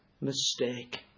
mistake